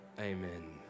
Amen